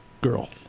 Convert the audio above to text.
girl